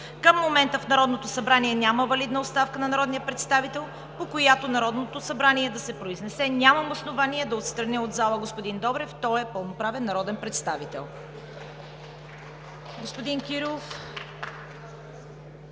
Към момента в Народното събрание няма валидна оставка на народния представител, по която Народното събрание да се произнесе. Нямам основание да отстраня от залата господин Добрев. Той е пълноправен народен представител.